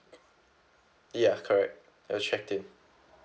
ya correct it was checked in